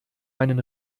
meinen